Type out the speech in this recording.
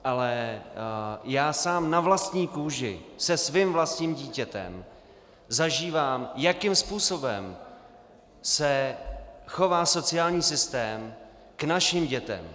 Ale já sám na vlastní kůži se svým vlastním dítětem zažívám, jakým způsobem se chová sociální systém k našim dětem.